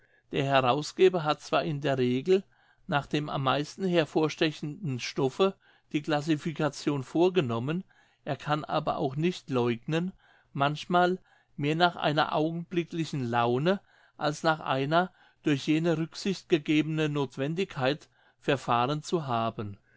der herausgeber hat zwar in der regel nach dem am meisten hervorstechenden stoffe die classification vorgenommen er kann aber auch nicht läugnen manchmal mehr nach einer augenblicklichen laune als nach einer durch jene rücksicht gegebenen nothwendigkeit verfahren zu haben